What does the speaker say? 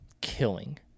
killing